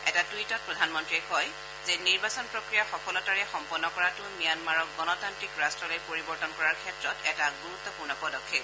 এটা টুইটত প্ৰধানমন্ত্ৰীয়ে কয় যে নিৰ্বাচন প্ৰক্ৰিয়া সফলতাৰে সম্পন্ন কৰাটো ম্যানমাৰক গণতান্ত্ৰিক ৰাট্টলৈ পৰিৱৰ্তন কৰাৰ ক্ষেত্ৰত এটা গুৰুত্বপূৰ্ণ পদক্ষেপ